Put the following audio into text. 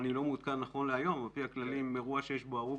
אני לא מעודכן נכון להיום אירוע שיש בו הרוג,